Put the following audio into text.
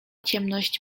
ciemność